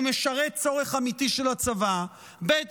הוא משרת צורך אמיתי של הצבא, ב.